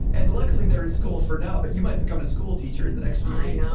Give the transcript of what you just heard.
and luckily they're in school for now, but you might become a school teacher in the next few